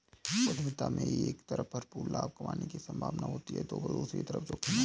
उद्यमिता में एक तरफ भरपूर लाभ कमाने की सम्भावना होती है तो दूसरी तरफ जोखिम